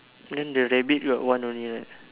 then the rabbit got one only right